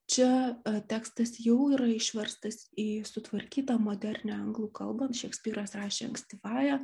čia tekstas jau yra išverstas į sutvarkytą modernią anglų kalbą šekspyras rašė ankstyvąja